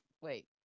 wait